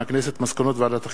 מסקנות ועדת החינוך,